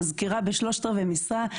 מזכירה בשלושת רבעי משרה.